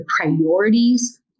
priorities